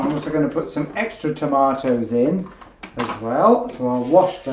i'm gonna put some extra tomatoes in well